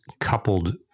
coupled